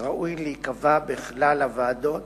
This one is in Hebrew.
ראוי להיקבע בכלל הוועדות